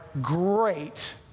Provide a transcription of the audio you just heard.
great